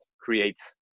creates